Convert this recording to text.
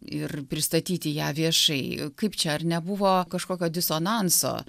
ir pristatyti ją viešai kaip čia ar nebuvo kažkokio disonanso